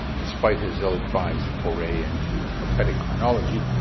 despite his ill-advised foray into prophetic chronology,